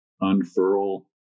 unfurl